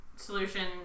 Solution